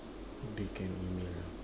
they can email ah